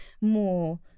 more